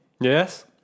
Yes